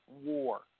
war